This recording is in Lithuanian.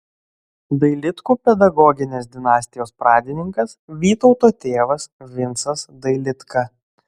dailidkų pedagoginės dinastijos pradininkas vytauto tėvas vincas dailidka